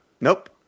Nope